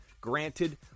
Granted